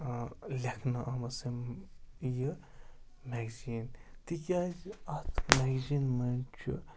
لٮ۪کھنہٕ آمٕژ یِم یہِ میگزیٖن تِکیٛازِ اَتھ میگزیٖن منٛز چھُ